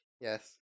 Yes